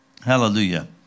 Hallelujah